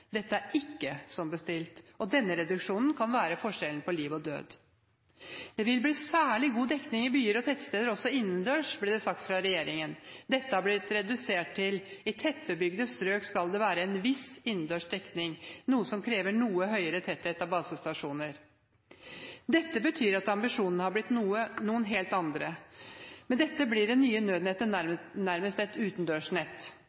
Dette er ikke som bestilt, og denne reduksjonen kan innebære forskjellen på liv og død. «Det vil bli spesielt god dekning i byer og tettsteder, også innendørs», ble det sagt fra regjeringen. Dette har blitt redusert til: «I tettbygde strøk skal det være en viss innendørs dekning, noe som krever noe høyere tetthet av basestasjoner.» Dette betyr at ambisjonene har blitt noen helt andre. Med dette blir det nye nødnettet